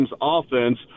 offense